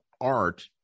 art